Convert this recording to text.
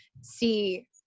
see